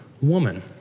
woman